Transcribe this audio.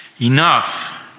Enough